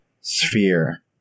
sphere